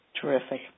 Terrific